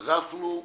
נזפנו,